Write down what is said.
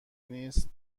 نیست